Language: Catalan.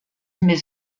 més